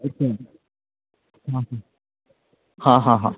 अच्छा हां हां हां हां हां